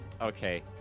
Okay